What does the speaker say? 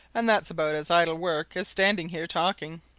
and that's about as idle work as standing here talking.